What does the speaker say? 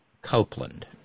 Copeland